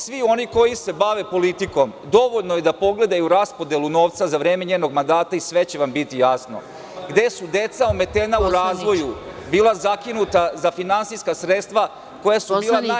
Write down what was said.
Svi oni koji se bave politikom dovoljno je da pogledaju raspodelu novca za vreme njenog mandata i sve će vam biti jasno, gde su deca ometena u razvoju bila zakinuta za finansijska sredstva, koja su bila u najnižem obliku.